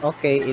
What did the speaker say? Okay